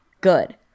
good